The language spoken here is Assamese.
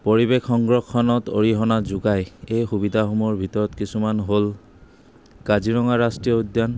পৰিৱেশ সংৰক্ষণত অৰিহণা যোগায় এই সুবিধাসমূহৰ ভিতৰত কিছুমান হ'ল কাজিৰঙা ৰাষ্ট্ৰীয় উদ্যান